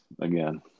again